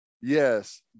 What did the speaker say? yes